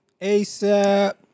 ASAP